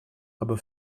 aber